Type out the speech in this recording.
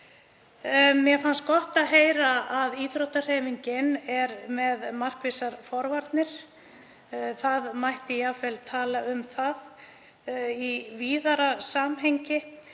Mér fannst gott að heyra að íþróttahreyfingin sé með markvissar forvarnir. Það mætti jafnvel tala um það í víðara samhengi.